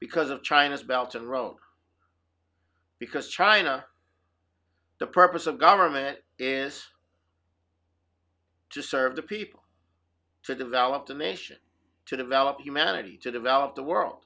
because of china's belt and wrote because china the purpose of government is to serve the people to develop the nation to develop humanity to develop the world